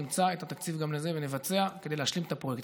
נמצא את התקציב גם לזה ונבצע כדי להשלים את הפרויקט,